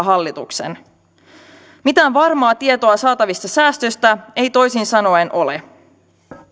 hallituksen mitään varmaa tietoa saatavista säästöistä ei toisin sanoen ole